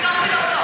בתור פילוסוף.